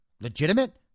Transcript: legitimate